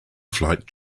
flight